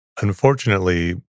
Unfortunately